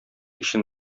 өчен